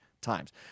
Times